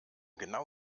genau